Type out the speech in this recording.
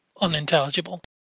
unintelligible